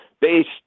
based